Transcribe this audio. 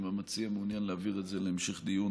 אם המציע מעוניין להעביר את זה להמשך דיון.